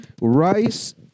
rice